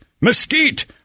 mesquite